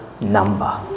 number